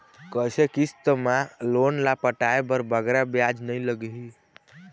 कइसे किस्त मा लोन ला पटाए बर बगरा ब्याज नहीं लगही?